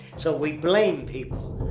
so we blame people.